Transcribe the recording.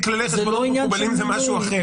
כללי חשבונאות מקובלים זה משהו אחר.